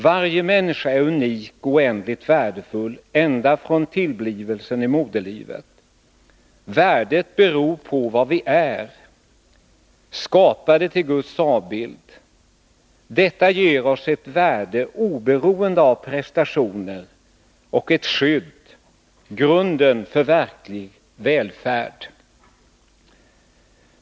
Varje människa är unik och oändligt värdefull ända från tillblivelsen i moderlivet. Värdet beror på vad vi är; skapade till Guds avbild. Detta ger oss ett värde oberoende av prestationer och ett skydd — grunden för verklig välfärd.